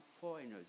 foreigners